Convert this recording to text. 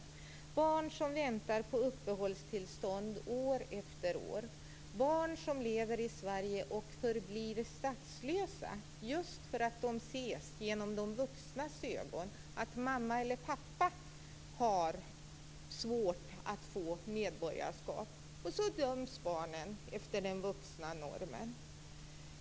Det är barn som väntar på uppehållstillstånd år efter år, barn som lever i Sverige och förblir statslösa just för att de ses genom de vuxnas ögon. Mamma eller pappa har svårt att få medborgarskap. Dessa barn bedöms efter de vuxnas norm.